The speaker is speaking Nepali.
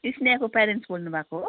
स्नेहको पेरेन्टस् बोल्नुभएको हो